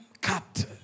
cut